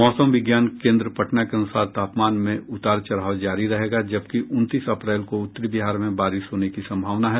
मौसम विज्ञान केन्द्र पटना के अनुसार तापमान में उतार चढ़ाव जारी रहेगा जबकि उनतीस अप्रैल को उत्तरी बिहार में बारिश होने की सम्भावना है